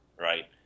right